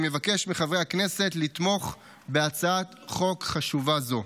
ואני מבקש מחברי הכנסת לתמוך בהצעת חוק חשובה זו.